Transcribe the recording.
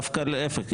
דווקא להפך.